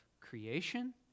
creation